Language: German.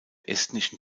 estnischen